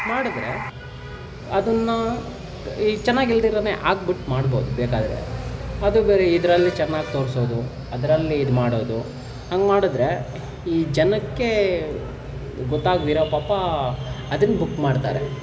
ಮಾಡಿದ್ರೆ ಅದನ್ನು ಈ ಚೆನ್ನಾಗಿಲ್ದಿರನೇ ಹಾಕ್ಬುಟ್ಟು ಮಾಡ್ಬೋದು ಬೇಕಾದರೆ ಅದು ಬೇರೆ ಇದರಲ್ಲಿ ಚೆನ್ನಾಗಿ ತೋರಿಸೋದು ಅದರಲ್ಲಿ ಇದು ಮಾಡೋದು ಹಂಗೆ ಮಾಡಿದ್ರೆ ಈ ಜನಕ್ಕೆ ಗೊತ್ತಾಗ್ದಿರ ಪಾಪ ಅದನ್ನು ಬುಕ್ ಮಾಡ್ತಾರೆ